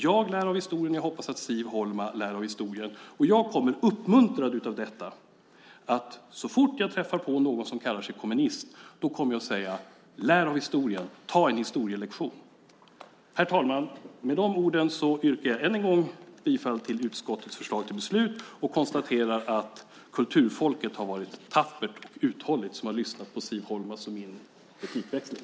Jag lär av historien, och jag hoppas att Siv Holma lär av historien. Jag kommer, uppmuntrad av detta, så fort jag träffar på någon som kallar sig kommunist att säga: Lär av historien! Ta en historielektion! Herr talman! Med de orden yrkar jag än en gång bifall till utskottets förslag till beslut och konstaterar att kulturfolket har varit tappert uthålligt som har lyssnat på Siv Holmas och min replikväxling.